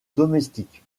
domestiques